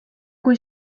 kui